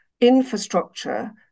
infrastructure